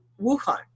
Wuhan